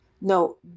No